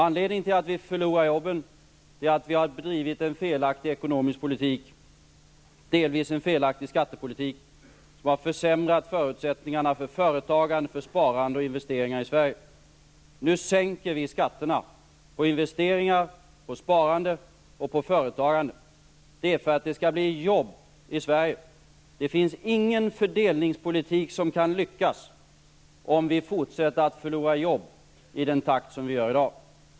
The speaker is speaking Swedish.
Anledningen till att vi förlorar jobben är att vi har bedrivit en felaktig ekonomisk politik och delvis en felaktig skattepolitik, som har försämrat förutsättningarna för företagande, sparande och investeringar i Sverige. Nu sänker vi skatterna på investeringar, på sparande och på företagande. Det är för att det skall bli jobb i Sverige. Det finns ingen fördelningspolitik som kan lyckas om vi fortsäter att förlora jobb i den takt som vi gör i dag.